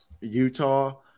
Utah